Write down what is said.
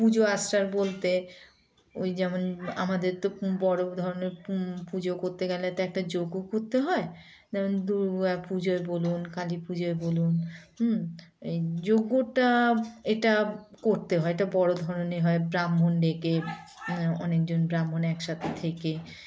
পুজো আশার বলতে ওই যেমন আমাদের তো বড়ো ধরনের পুজো করতে গেলে তো একটা যজ্ঞ করতে হয় যেমন দুর্গা পুজোয় বলুন কালী পুজোয় বলুন হুম এই যজ্ঞটা এটা করতে হয় এটা বড়ো ধরনের হয় ব্রাহ্মণ ডেকে অনেকজন ব্রাহ্মণ একসাথে থেকে